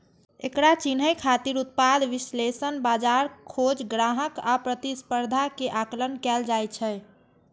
एकरा चिन्है खातिर उत्पाद विश्लेषण, बाजार खोज, ग्राहक आ प्रतिस्पर्धा के आकलन कैल जाइ छै